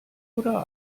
oder